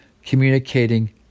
communicating